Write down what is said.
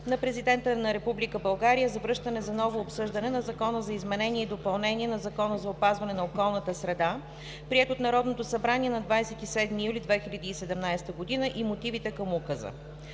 на Президента на Република България за връщане за ново обсъждане на Закона за изменение и допълнение на Закона за опазване на околната среда, приет от Народното събрание на 27 юли 2017 г. и мотивите към Указа.